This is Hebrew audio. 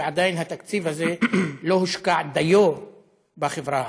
ועדיין התקציב הזה לא הושקע דיו בחברה הערבית.